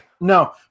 No